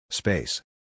Space